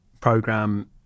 program